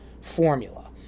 formula